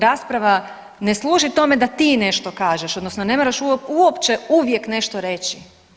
Rasprava ne služi tome da ti nešto kažeš, odnosno ne moraš uopće uvijek nešto reći.